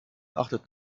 achtet